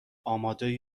آماده